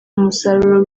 umusaruro